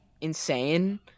insane